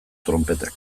tronpetak